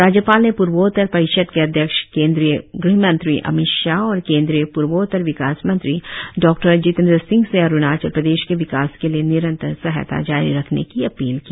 राज्यपाल ने पूर्वोत्तर परिषद के अध्यक्ष केंद्रीय ग़हमंत्री अमित शाह और केंद्रीय पूर्वोत्तर विकास मंत्री डॉ जितेंद्र सिंह से अरुणाचल प्रदेश के विकास के लिए निरंतर सहायता जारी रखने की अपील की